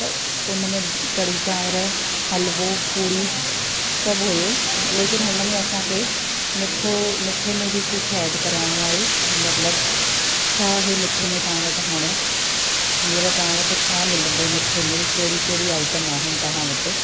त उनमें कढ़ी चांवर हलवो पूरी सभु हुयो लेकिन हुनमें असांखे मिठो मिठे में कुझु ऐड कराइणो आहे मतलबु छा आहे मिठे में तव्हां वटि हाणे हीअंर तव्हां वटि छा मिलंदो मिठे में कहिड़ी कहिंड़ी आइटम आहिनि तव्हां वटि